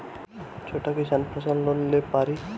छोटा किसान फसल लोन ले पारी?